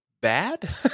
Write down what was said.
bad